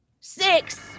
six